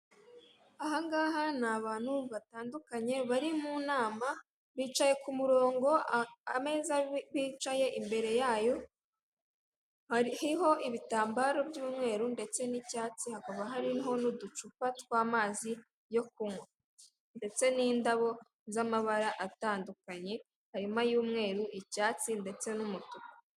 Ahangaha ni abantu batandukanye bari mu nama bicaye ku murongo, ameza bicaye imbere yayo hariho ibitambaro by'umweru ndetse n'icyatsi hakaba, hariho n'uducupa tw'amazi yo kunywa, ndetse n'indabo z'amabara atandukanye harimo ay'umweru, icyatsi ndetse n'umutuku.